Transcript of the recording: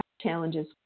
challenges